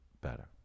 better